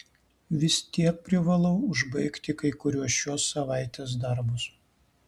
vis tiek privalau užbaigti kai kuriuos šios savaitės darbus